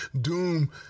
Doom